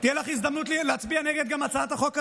תהיה לך הזדמנות להצביע גם נגד הצעת החוק הזו,